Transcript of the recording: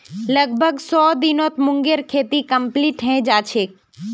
लगभग सौ दिनत मूंगेर खेती कंप्लीट हैं जाछेक